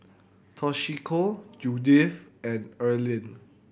Toshiko Judyth and Erlene